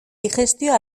digestio